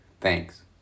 Thanks